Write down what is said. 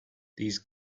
these